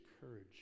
courage